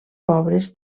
pobres